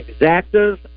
Exactas